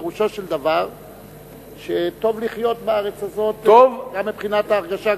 פירושו של דבר שטוב לחיות בארץ הזאת גם מבחינת ההרגשה,